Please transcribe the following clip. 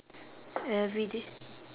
everyday